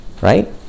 Right